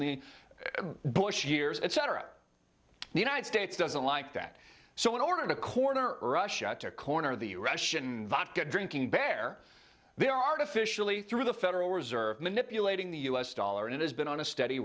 the bush years etc the united states doesn't like that so in order to corner russia or corner of the russian vodka drinking bear they are artificially through the federal reserve manipulating the u s dollar and it has been on a steady